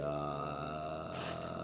uh